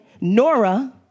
Nora